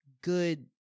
good